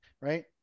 Right